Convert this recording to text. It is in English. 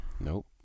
Nope